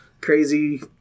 crazy